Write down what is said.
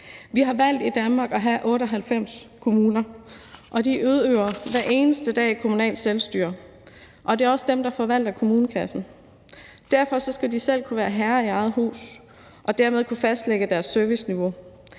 Vi har i Danmark valgt at have 98 kommuner, og de udøver hver eneste dag kommunalt selvstyre. Det er også dem, der forvalter kommunekassen, og derfor skal de kunne være herre i eget hus og dermed kunne fastlægge deres serviceniveau.